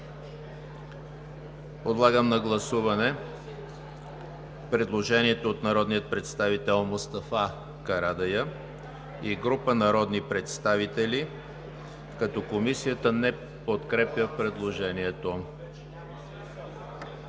Подлагам на гласуване предложението на народния представител Мустафа Карадайъ и група народни представители, което не е подкрепено